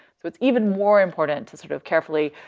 so it's even more important to sort of carefully